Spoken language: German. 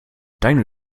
deine